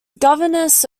governance